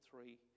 three